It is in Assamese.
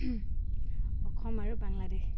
অসম আৰু বাংলাদেশ